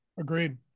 Agreed